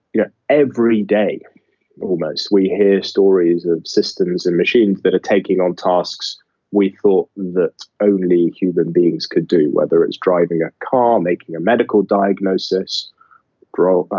yeah every day almost we hear stories of systems and machines that are taking on tasks we thought that only human beings could do, whether it's driving a car or making a medical diagnosis grow,